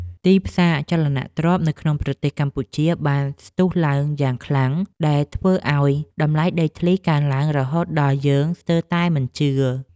ទីផ្សារអចលនទ្រព្យនៅក្នុងប្រទេសកម្ពុជាបានស្ទុះឡើងយ៉ាងខ្លាំងដែលធ្វើឱ្យតម្លៃដីធ្លីកើនឡើងរហូតដល់យើងស្ទើរតែមិនជឿ។